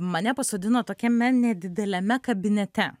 mane pasodino tokiame nedideliame kabinete